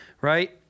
Right